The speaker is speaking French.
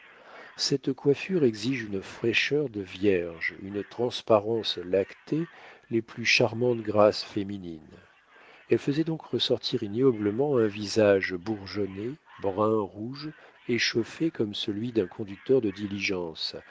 cette coiffure exige une fraîcheur de vierge une transparence lactée les plus charmantes grâces féminines elle faisait donc ressortir ignoblement un visage bourgeonné brun rouge échauffé comme celui d'un conducteur de diligence